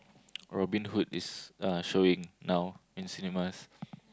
Robin Hood is uh showing now in cinemas